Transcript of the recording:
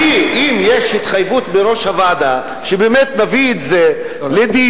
אני אם יש התחייבות מיושב-ראש הוועדה שבאמת נביא את זה לדיון,